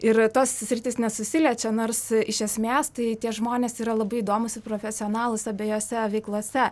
ir tos sritys nesusiliečia nors iš esmės tai tie žmonės yra labai įdomūs ir profesionalūs abejose veiklose